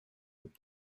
would